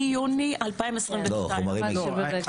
מיוני 2022. רציתי רק לוודא,